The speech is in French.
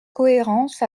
cohérence